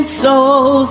soul